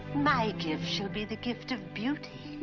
my gift shall be the gift of beauty.